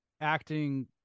acting